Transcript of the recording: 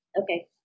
Okay